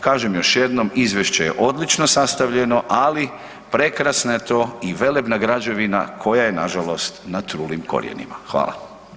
Kažem još jednom izvješće je odlično sastavljeno, ali prekrasna je to i velebna građevina koja je nažalost na trulim korijenima.